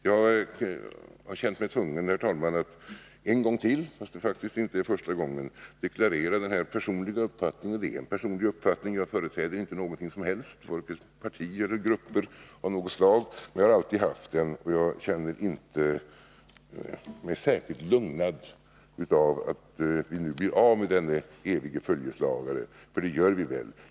Jag har känt mig tvungen, herr talman, att en gång till — trots att det faktiskt inte är första gången — deklarera denna personliga uppfattning. Det är en personlig uppfattning — jag företräder inte någonting, varken parti eller grupper av något slag. Jag har alltid haft den, och jag känner mig inte särskilt lugnad av att vi nu blir av med denna eviga följeslagare — för det gör vi väl.